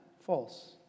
false